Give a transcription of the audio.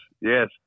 yes